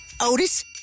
Otis